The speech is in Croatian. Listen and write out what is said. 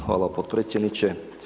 Hvala potpredsjedniče.